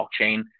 blockchain